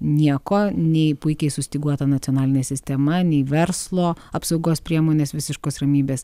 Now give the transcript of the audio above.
nieko nei puikiai sustyguota nacionalinė sistema nei verslo apsaugos priemonės visiškos ramybės